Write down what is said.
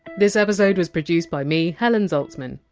this episode was produced by me, helen zaltzman.